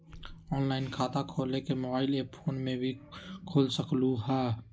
Online खाता खोले के मोबाइल ऐप फोन में भी खोल सकलहु ह?